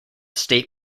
state